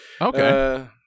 Okay